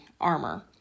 armor